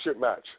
match